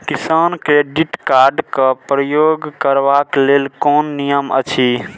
किसान credit card क प्रयोग करबाक लेल कोन नियम अछि?